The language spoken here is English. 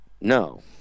No